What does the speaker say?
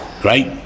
Great